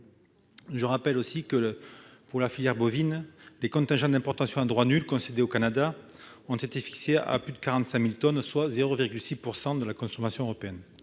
le rappelle, pour la filière bovine, les contingents d'importation à droit nul concédés au Canada ont été fixés à plus de 45 000 tonnes, soit 0,6 % de la consommation européenne.